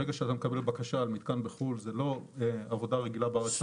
ברגע שאתה מקבל בקשה על מתקן בחו"ל זה לא עבודה רגילה בארץ.